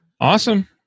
Awesome